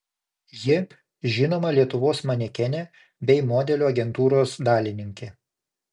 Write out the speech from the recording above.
ji žinoma lietuvos manekenė bei modelių agentūros dalininkė